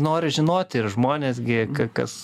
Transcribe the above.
nori žinoti ir žmonės gi kas